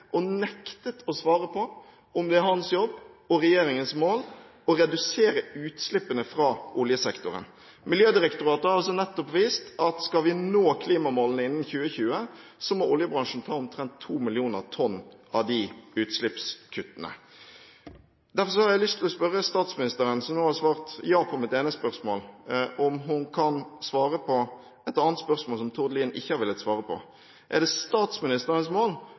og nektet å svare på om det er hans jobb og regjeringens mål å redusere utslippene fra oljesektoren. Miljødirektoratet har nettopp vist at skal vi nå klimamålene innen 2020, må oljebransjen ta omtrent 2 millioner tonn av de utslippskuttene. Derfor har jeg lyst til å spørre statsministeren, som nå har svart ja på mitt ene spørsmål, om hun kan svare på et annet spørsmål, som Tord Lien ikke har villet svare på: Er det statsministerens mål